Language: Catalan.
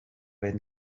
vent